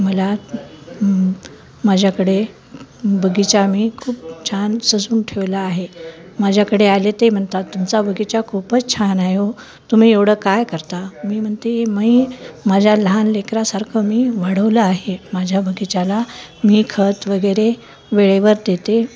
मला माझ्याकडे बगीचा मी खूप छान सजून ठेवला आहे माझ्याकडे आले ते म्हणतात तुमचा बगीचा खूपच छान आहे ओ तुम्ही एवढं काय करता मी म्हणते मी माझ्या लहान लेकरासारखं मी वाढवलं आहे माझ्या बगीचाला मी खत वगैरे वेळेवर देते